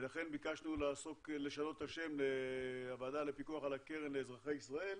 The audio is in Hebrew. ולכן ביקשנו לשנות את השם ל'הוועדה לפיקוח על הקרן לאזרחי ישראל',